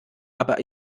aber